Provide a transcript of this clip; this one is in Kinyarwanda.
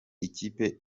ikipe